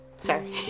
Sorry